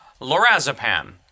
lorazepam